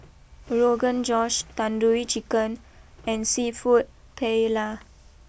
Rogan Josh Tandoori Chicken and Seafood Paella